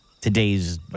today's